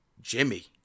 Jimmy